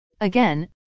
Again